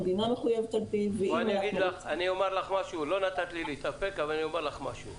המדינה מחויבת על פיו --- לא נתת לי להתאפק אבל אני אומר לך משהו.